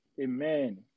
Amen